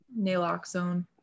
naloxone